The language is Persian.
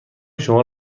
شما